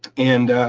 and